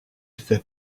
fait